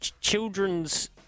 children's